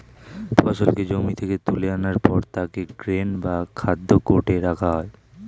ফসলকে জমি থেকে তুলে আনার পর তাকে গ্রেন বা খাদ্য কার্টে রাখা হয়